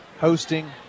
hosting